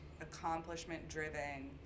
accomplishment-driven